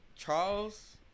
Charles